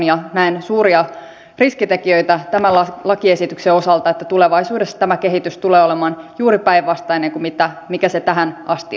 ja näen suuria riskitekijöitä tämän lakiesityksen osalta että tulevaisuudessa tämä kehitys tulee olemaan juuri päinvastainen kuin mikä se tähän asti on ollut